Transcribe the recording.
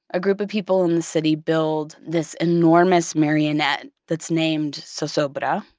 a group of people in the city build this enormous marionette that's named so so but